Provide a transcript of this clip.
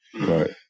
Right